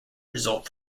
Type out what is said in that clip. result